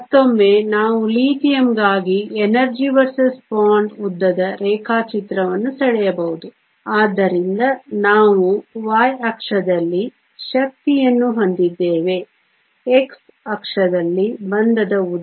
ಮತ್ತೊಮ್ಮೆ ನಾವು ಲಿಥಿಯಮ್ಗಾಗಿ ಎನರ್ಜಿ ವರ್ಸಸ್ ಬಾಂಡ್ ಉದ್ದದ ರೇಖಾಚಿತ್ರವನ್ನು ಸೆಳೆಯಬಹುದು ಆದ್ದರಿಂದ ನಾವು y ಅಕ್ಷದಲ್ಲಿ ಶಕ್ತಿಯನ್ನು ಹೊಂದಿದ್ದೇವೆ x ಅಕ್ಷದಲ್ಲಿ ಬಂಧದ ಉದ್ದ